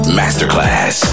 masterclass